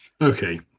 okay